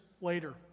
later